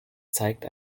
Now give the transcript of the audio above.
zeigt